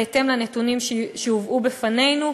בהתאם לנתונים שהובאו בפנינו.